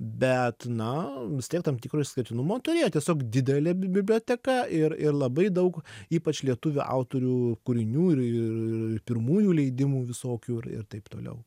bet na vis tiek tam tikro išskirtinumo turėjo labai daug ypač lietuvių autorių kūrinių ir pirmųjų leidimų visokių ir ir taip toliau